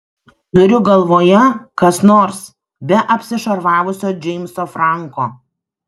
turiu galvoje kas nors be apsišarvavusio džeimso franko